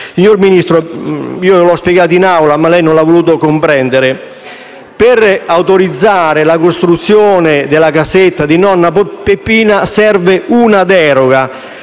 Signor Vice Ministro, io l'avevo già spiegato in Assemblea, ma lei non l'ha voluto comprendere: per autorizzare la costruzione della casetta di nonna Peppina serve una deroga